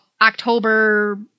October